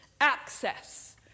access